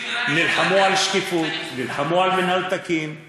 אתה רוצה לקבור את הפרויקט בגלל ביורוקרטיה?